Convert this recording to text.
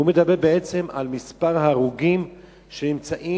הוא מדבר בעצם על מספר ההרוגים בכבישים,